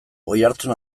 oihartzun